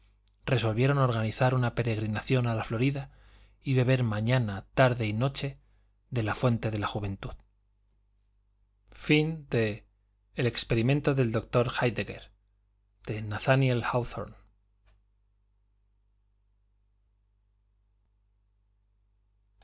resolvieron organizar una peregrinación a la florida y beber mañana tarde y noche de la fuente de la juventud